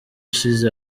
ishize